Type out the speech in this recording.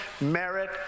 merit